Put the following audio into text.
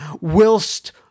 whilst